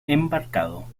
embarcado